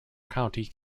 county